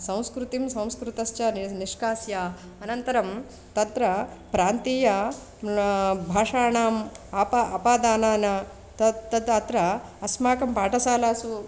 संस्कृतिं संस्कृतश्च नि निष्कास्य अनन्तरं तत्र प्रान्तीय भाषाणाम् आप अपादानानां तत् तत् अत्र अस्माकं पाठशालासु